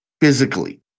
physically